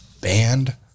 banned